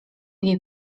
jej